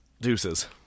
Deuces